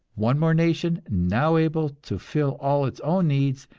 one more nation now able to fill all its own needs,